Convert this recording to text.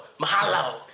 Mahalo